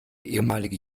ehemalige